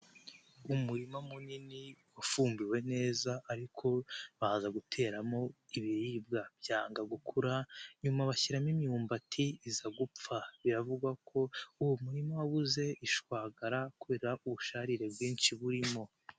Ni umurima munini wafumbiwe neza ariko baza guteramo ibiribwa byanga gukura, nyuma bashyiramo imyumbati iza gupfa. Biravugwa ko uwo murima wabuze ishwagara kubera ubusharire bwinshi burimo.